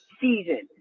season